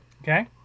Okay